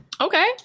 Okay